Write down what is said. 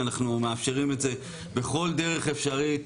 אנחנו מאפשרים את זה בכל דרך אפשרית,